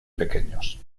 pequeños